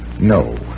No